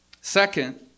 Second